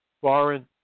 Foreign